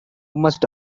must